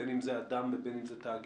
בין אם זה אדם ובין אם זה תאגיד?